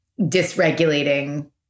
dysregulating